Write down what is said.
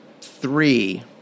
three